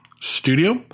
studio